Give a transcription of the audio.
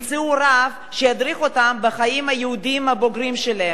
ימצאו רב שידריך אותם בחיים היהודיים הבוגרים שלהם,